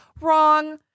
Wrong